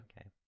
okay